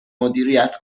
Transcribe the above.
مدیریت